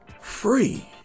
free